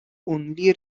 only